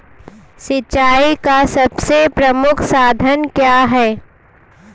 सिंचाई का सबसे प्रमुख साधन क्या है?